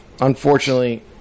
unfortunately